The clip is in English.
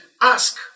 ask